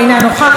אינה נוכחת,